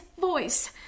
voice